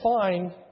find